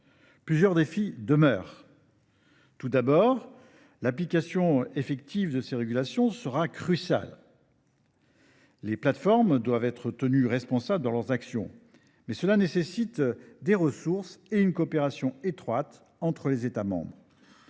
Plusieurs défis restent à relever. Tout d’abord, l’application effective de ces régulations sera cruciale. Les plateformes doivent être tenues responsables de leurs actions, mais cela nécessite des ressources et implique une coopération étroite entre États membres.